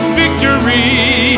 victory